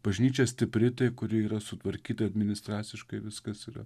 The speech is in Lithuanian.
bažnyčia stipri tai kuri yra sutvarkyta administraciškai viskas yra